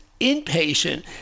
inpatient